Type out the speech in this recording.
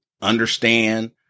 understand